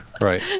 Right